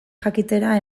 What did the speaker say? jakitera